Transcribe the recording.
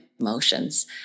emotions